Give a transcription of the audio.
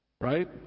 Right